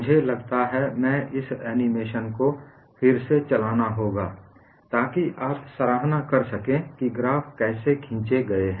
मुझे लगता है मैं इस एनीमेशन को फिर से चलाना होगा ताकि आप सराहना कर सकें कि ग्राफ कैसे खींचे गए हैं